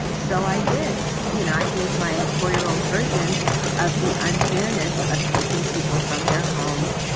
so i did. you know, i gave my four-year-old version of the unfairness of taking people from their homes.